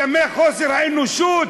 ימי חוסר האנושיות.